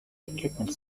equipment